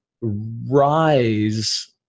rise